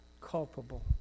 culpable